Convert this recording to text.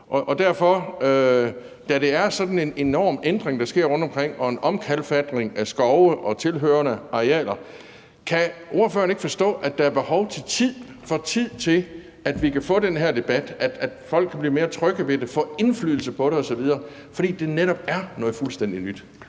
tænke på. Da det er sådan en enorm ændring, der sker rundtomkring, og en omkalfatring af skove og tilhørende arealer, kan ordføreren så ikke forstå, at der er behov for tid til, at vi kan få den her debat; at folk kan blive mere trygge ved det, få indflydelse på det osv., fordi det netop er noget fuldstændig nyt?